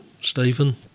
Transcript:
Stephen